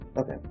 okay